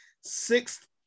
sixth